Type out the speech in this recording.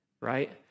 right